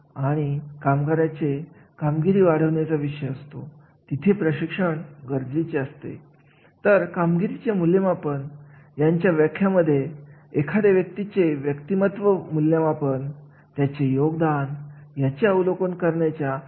आणि तुम्हाला या कार्यामध्ये असे आढळून येईल की जेव्हा आपण एखाद्या कार्याविषयी बोलत असतो मग ते कोणते कार्य असू देत तर हे एकमेकांशी कसे संबंधित आहे या कार्याचा बाजाराशी काय संबंध असते हे कार्य एखाद्या व्यक्तीशी कसे संबंधित असेल हे संबंध अतिशय महत्त्वाचे ठरत असतात मग यामध्ये व्यक्ती बाजार कामाचे स्वरूप हे महत्त्वाचे असतात